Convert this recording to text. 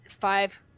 five